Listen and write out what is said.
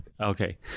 okay